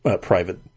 private